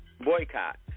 Boycott